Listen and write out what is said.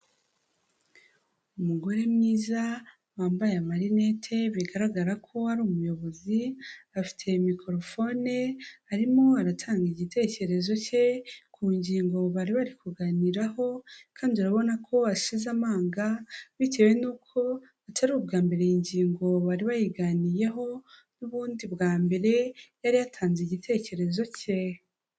Umugore mwiza wambaye amarinete bigaragara ko ari umuyobozi, afite mikorofone arimo aratanga igitekerezo cye ku ngingo bari bari kuganiraho, kandi urabona ko ashize amanga bitewe n'uko atari ubwa mbere iyi ngingo bari bayiganiyeho n'ubundi bwa umbere yari yatanze igitekerezo cye.